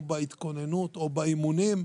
או בהתכוננות או באימונים,